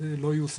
לא יהיו סמים.